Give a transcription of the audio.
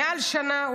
מעל שנה,